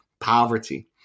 poverty